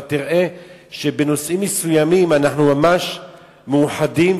אבל תראה שבנושאים מסוימים אנחנו ממש מאוחדים,